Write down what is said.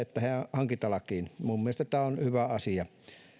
hankintalakiin minun mielestäni tämä on hyvä asia